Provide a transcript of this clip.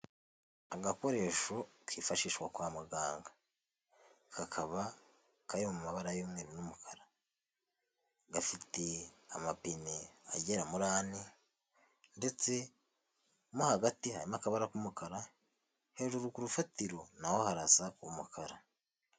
Agakoresho kifashishwa kwa muganga, kakaba kari mu mabara y'umweru n'umukara, gafite amapine agera muri ane ndetse mo hagati harimo akabara k'umukara, hejuru k'urufatiro naho harasa umukara.